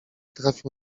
trafił